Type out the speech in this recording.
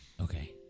Okay